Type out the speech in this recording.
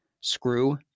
screw